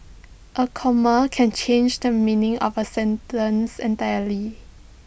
A comma can change the meaning of A sentence entirely